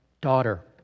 daughter